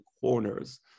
corners